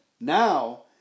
now